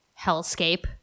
hellscape